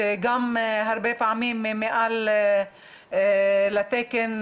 הרבה פעמים מעל לתקן